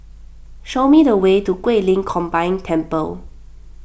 show me the way to Guilin Combined Temple